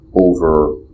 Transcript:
over